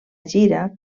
gira